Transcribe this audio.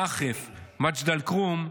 נחף ומג'ד אל-כרום,